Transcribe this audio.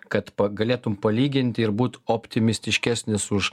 kad galėtum palyginti ir būti optimistiškesnis už